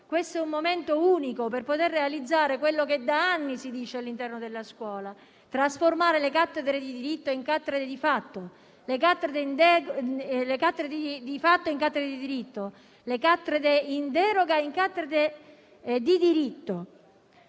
Questo è un momento unico per poter realizzare quello che da anni si dice all'interno della scuola: trasformare le cattedre di diritto in cattedre di fatto; le cattedre di fatto in cattedre di diritto; le cattedre in deroga in cattedre di diritto.